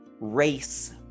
race